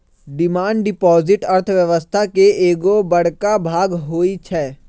demand deposit अर्थव्यवस्था के एगो बड़का भाग होई छै